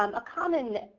um a common